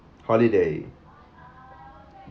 holiday